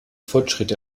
fortschritte